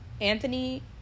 Anthony